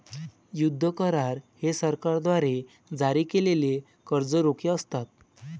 युद्ध करार हे सरकारद्वारे जारी केलेले कर्ज रोखे असतात